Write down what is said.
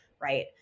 right